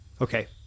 Okay